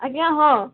ଆଜ୍ଞା ହଁ